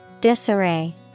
Disarray